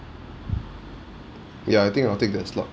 ya I think I'll take that slot